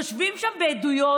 יושבות שם בדואיות,